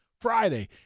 Friday